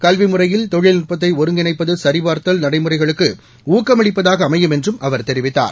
கல்வி முறையில் தொழில்நுட்பத்தை ஒருங்கிணைப்பது சரிபார்த்தல் நடைமுறைகளுக்கு ஊக்கமளிப்பதாக அமையும் என்றும் அவர் தெரிவித்தார்